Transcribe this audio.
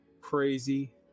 crazy